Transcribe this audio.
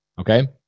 Okay